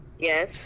Yes